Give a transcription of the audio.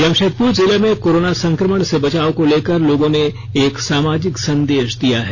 जमषेदपुर जिले में कोरोना संकमण से बचाव को लेकर लोगों ने एक सामाजिक संदेष दिया है